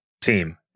team